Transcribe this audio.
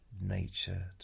nature